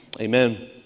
amen